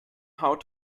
how